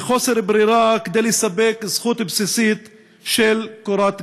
מחוסר ברירה, כדי לספק זכות בסיסית של קורת גג.